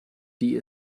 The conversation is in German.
die